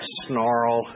snarl